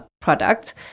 products